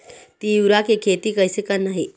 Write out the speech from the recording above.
तिऊरा के खेती कइसे करना हे?